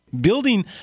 Building